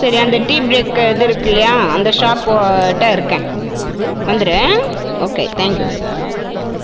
சரி அந்த tea break இது இருக்குல்லையா அந்த ஷாப்போட்ட இருக்கேன் வந்துரு ஓகே தேங்க் யூ